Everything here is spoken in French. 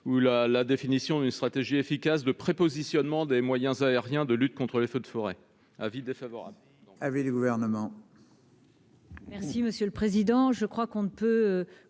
ou à la définition d'une stratégie efficace de prépositionnement des moyens aériens de lutte contre les feux de forêt. Quel est l'avis